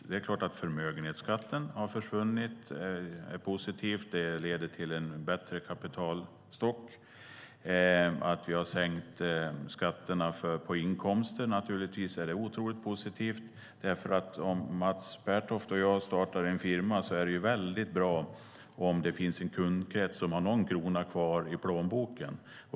Att förmögenhetsskatten har försvunnit är positivt. Det leder till en bättre kapitalstock. Att vi har sänkt skatterna på inkomster är otroligt positivt. Om Mats Pertoft och jag startar en firma är det ju väldigt bra om det finns en kundkrets som har någon krona kvar i plånboken.